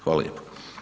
Hvala lijepo.